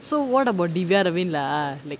so what about devia levine lah like